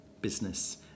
business